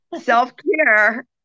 Self-care